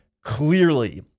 clearly